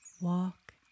Walk